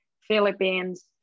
Philippines